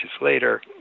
later